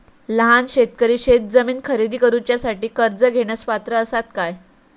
लहान शेतकरी शेतजमीन खरेदी करुच्यासाठी कर्ज घेण्यास पात्र असात काय?